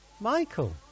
Michael